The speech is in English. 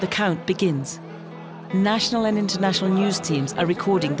the count begins national and international news teams are recording